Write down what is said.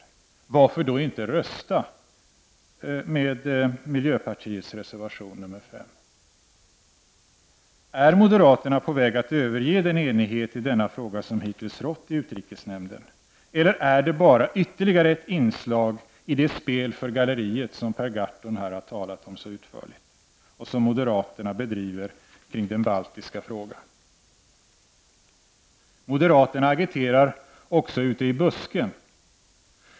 Men varför då inte rösta för miljöpartiets reservation nr 5? Är moderaterna på väg att överge den enighet i denna fråga som hittills har rått i utrikesnämnden, eller är det här bara ytterligare ett inslag i det spel för galleriet som Per Gahrton här har talat så utförligt om och som moderaterna bedriver kring den baltiska frågan? Moderaterna agiterar också ute i busken.